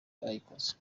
bayikoze